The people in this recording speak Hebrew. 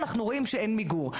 אנחנו רואים שאין מיגור.